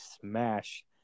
smash